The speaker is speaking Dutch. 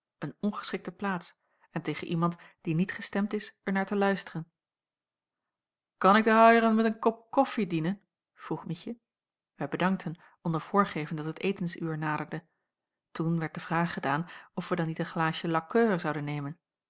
een ongeschikte plaats en tegen iemand die niet gestemd is er naar te luisteren kan ik de haieren met een kop koffie dienen vroeg ietje wij bedankten onder voorgeven dat het etensuur naderde toen werd de vraag gedaan of wij dan niet een glaasje lakkeur zouden nemen